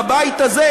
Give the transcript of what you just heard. בבית הזה,